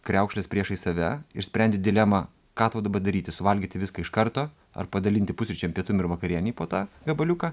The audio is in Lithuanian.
kriaukšles priešais save ir sprendi dilemą ką tau daba daryti suvalgyti viską iš karto ar padalinti pusryčiam pietum ir vakarienei po tą gabaliuką